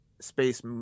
space